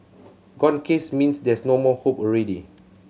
gone case means there's no more hope already